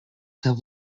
have